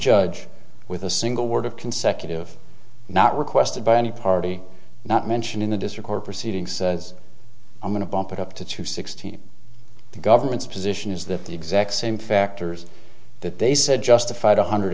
judge with a single word of consecutive not requested by any party not mentioned in the district court proceeding says i'm going to bump it up to two sixteen the government's position is that the exact same factors that they said justified one hundred